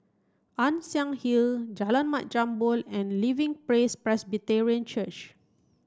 Ann Siang Hill Jalan Mat Jambol and Living Praise Presbyterian Church